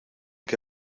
que